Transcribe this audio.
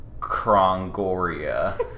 Krongoria